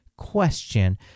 question